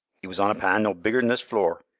e was on a pan no bigger'n this flor,